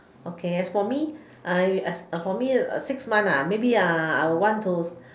okay as for me for me six months maybe I I want to